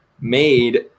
made